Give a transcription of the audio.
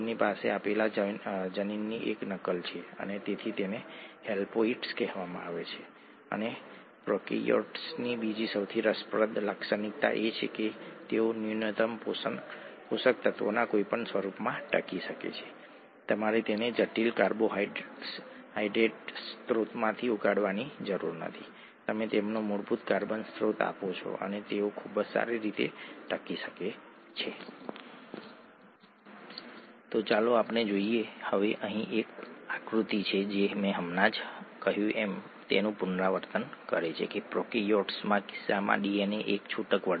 અમે કહ્યું કોષ એ જીવનનો મૂળભૂત કાર્યાત્મક એકમ છે અને તે ખૂબ જ વ્યસ્ત સ્થળ છે ઘણી બધી પ્રતિક્રિયાઓ દરેક સમયે થતી રહે છે હજારો પ્રતિક્રિયાઓ દરેક સમયે થાય છે